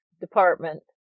department